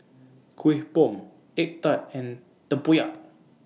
Kuih Bom Egg Tart and Tempoyak